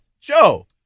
Joe